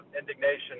indignation